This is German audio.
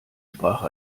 sprach